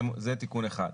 זה תיקון אחד.